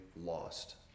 lost